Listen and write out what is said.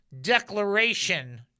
declaration